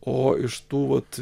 o iš tų vat